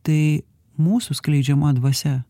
tai mūsų skleidžiama dvasia